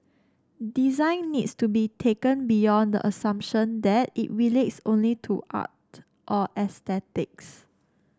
design needs to be taken beyond the assumption that it relates only to art or aesthetics